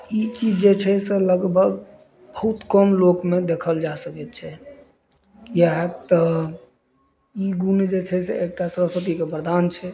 ई चीज जे छै से लगभग बहुत कम लोकमे देखल जा सकैत छै याह तऽ ई गुण जे छै से एकटा सरस्वतीके प्रदान छै